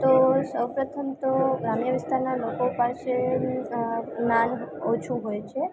તો સૌ પ્રથમ તો ગ્રામ્ય વિસ્તારના લોકો પાસે જ્ઞાન ઓછું હોય છે